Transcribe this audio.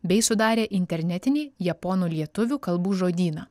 bei sudarė internetinį japonų lietuvių kalbų žodyną